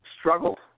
Struggled